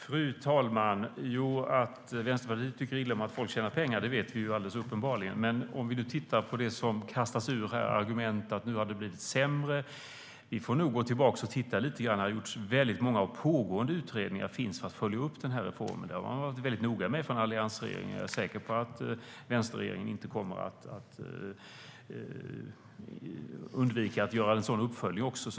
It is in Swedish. Fru talman! Att Vänsterpartiet tycker illa om att folk tjänar pengar vet vi alldeles uppenbarligen. Vi kan titta på de argument som här kastas fram om att det nu har blivit sämre. Vi får nog gå tillbaka och titta lite grann. Det har gjorts och finns väldigt många pågående utredningar för att följa upp reformen. Det har man varit väldigt noga med från alliansregeringen. Jag är säker på att inte heller vänsterregeringen kommer att undvika att göra en sådan uppföljning.